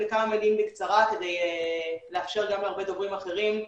תודה רבה לכל חברי הכנסת,